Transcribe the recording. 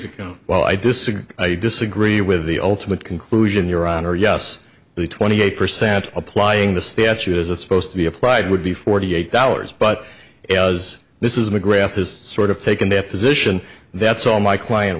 account while i disagree i disagree with the ultimate conclusion your honor yes the twenty eight percent applying the statute as it's supposed to be applied would be forty eight dollars but as this is the graph is sort of taken that position that's all my client